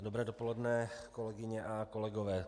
Dobré dopoledne, kolegyně a kolegové.